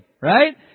right